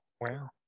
wow